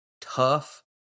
tough